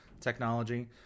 technology